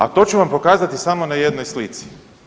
A to ću vam pokazati samo na jednoj slici.